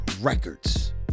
records